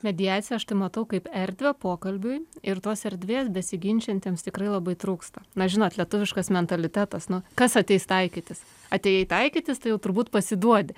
mediaciją aš tai matau kaip erdvę pokalbiui ir tos erdvės besiginčijantiems tikrai labai trūksta na žinot lietuviškas mentalitetas nu kas ateis taikytis atėjai taikytis tai jau turbūt pasiduodi